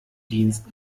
dienst